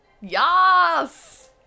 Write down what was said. yes